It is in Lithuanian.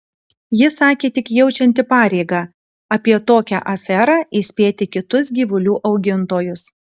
ji sakė tik jaučianti pareigą apie tokią aferą įspėti kitus gyvulių augintojus